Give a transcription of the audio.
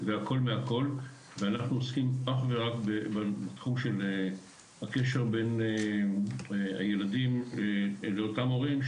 אנחנו עוסקים אך ורק בתחום של הקשר בין הילדים לאותם הורים.